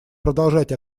продолжать